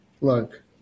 look